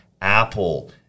Apple